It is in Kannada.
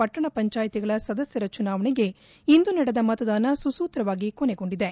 ಪಟ್ಟಣ ಪಂಚಾಯಿತಿಗಳ ಸದಸ್ದರ ಚುನಾವಣೆಗೆ ಇಂದು ನಡೆದ ಮತದಾನ ಸುಸೂತ್ರವಾಗಿ ಕೊನೆಗೊಂಡಿದೆ